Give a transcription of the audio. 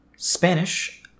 Spanish